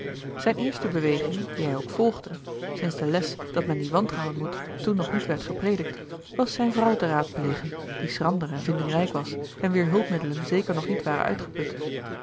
zijn eerste beweging die hij ook volgde sinds de les dat men die wantrouwen moet toen nog niet werd gepredikt was zijne vrouw te raadplegen die schrander en vindingrijk was en wier hulpmiddelen zeker nog niet waren uitgeput